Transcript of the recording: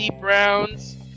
Browns